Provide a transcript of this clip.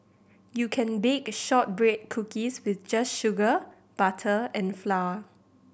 you can bake shortbread cookies with just sugar butter and flour